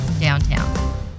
downtown